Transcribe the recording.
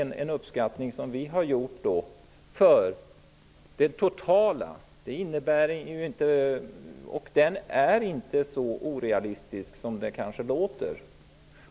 Detta avser alltså den totala kostnaden, och det är inte så orealistiskt som det kanske låter.